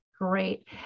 Great